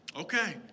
okay